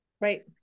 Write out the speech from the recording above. Right